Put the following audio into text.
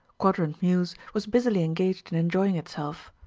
quadrant mews was busily engaged in enjoying itself.